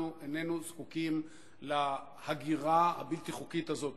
אנחנו איננו זקוקים להגירה הבלתי-חוקית הזו אלינו,